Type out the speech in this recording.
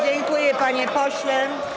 Dziękuję, panie pośle.